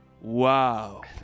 Wow